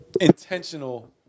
intentional